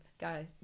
Guys